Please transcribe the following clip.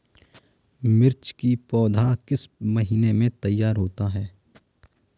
मिर्च की पौधा किस महीने में तैयार होता है?